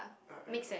I I I